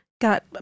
got